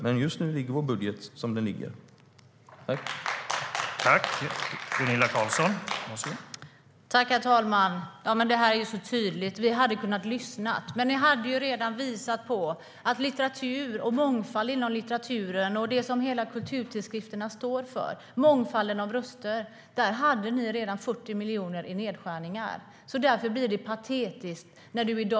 Men just nu ligger vår budget som den ligger.